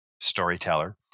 storyteller